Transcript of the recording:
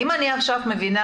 אם אני עכשיו מבינה,